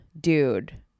dude